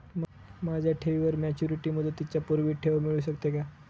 माझ्या ठेवीवर मॅच्युरिटी मुदतीच्या पूर्वी ठेव मिळू शकते का?